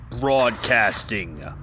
Broadcasting